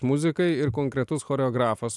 muzikai ir konkretus choreografas